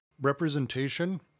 representation